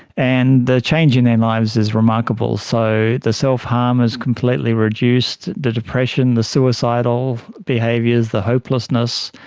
and the change in their lives is remarkable. so the self-harm has completely reduced, the depression, the suicidal behaviours, the hopelessness.